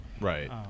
Right